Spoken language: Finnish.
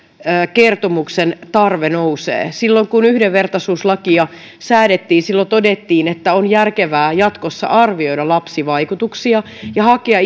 kertomuksen tarve nousee silloin kun yhdenvertaisuuslakia säädettiin todettiin että on järkevää jatkossa arvioida lapsivaikutuksia ja hakea